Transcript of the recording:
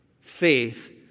faith